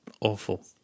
Awful